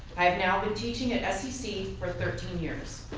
i have now been teaching at scc for thirteen years,